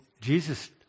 Jesus